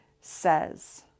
says